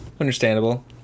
Understandable